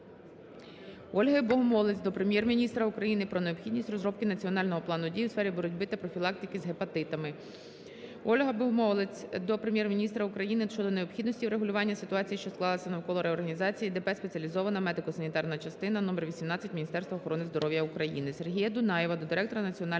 Ольги Богомолець до Прем'єр-міністра України про необхідність розробки Національного плану дій у сфері боротьби та профілактики з гепатитами. Ольги Богомолець до Прем'єр-міністра України щодо необхідності врегулювання ситуації, що склалася навколо реорганізації ДП "Спеціалізована медико-санітарна частини номер 18" Міністерства охорони здоров'я України. Сергія Дунаєва до Директора Національного